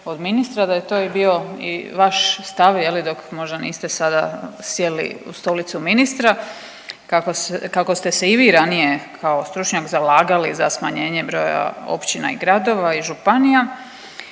da je to bio i vaš stav je li dok možda niste sada sjeli u stolicu ministra. Kako ste se i vi ranije kao stručnjak zalagali za smanjenje broja općina i gradova i županija,